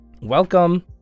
welcome